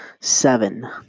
Seven